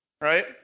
right